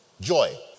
joy